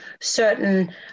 certain